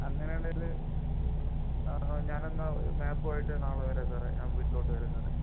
അങ്ങനെ ഉണ്ടെങ്കിൽ ഞാൻ എന്നാൽ മാപ്പുമായിട്ട് നാളെ വരാം സാറേ ഞാൻ വീട്ടിലോട്ട് വരാം സാറേ